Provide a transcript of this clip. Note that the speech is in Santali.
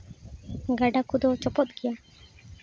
ᱜᱟᱰᱟ ᱠᱚᱫᱚ ᱪᱚᱯᱚᱫ ᱜᱮᱭᱟ